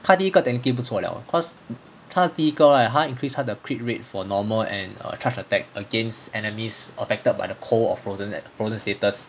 他第一个 technically 不错了 cause 他第一个 right 他 increase 他的 crit rate for normal and err charged attack against enemies affected by the cold or fro~ frozen status